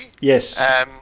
Yes